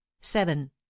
seven